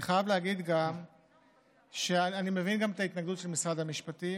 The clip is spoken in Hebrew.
אני חייב גם להגיד שאני מבין את ההתנגדות של משרד המשפטים,